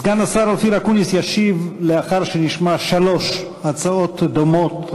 סגן השר אופיר אקוניס ישיב לאחר שנשמע שלוש הצעות דומות,